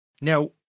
Now